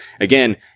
Again